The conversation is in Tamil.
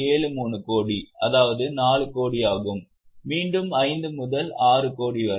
73 கோடி அதாவது 4 கோடி ஆகும் மீண்டும் 5 முதல் 6 கோடி வரை